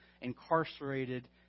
incarcerated